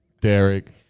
Derek